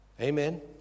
Amen